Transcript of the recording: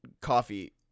coffee